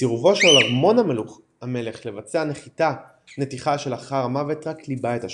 וסירובו של ארמון המלך לבצע נתיחה שלאחר המוות רק ליבה את השמועות.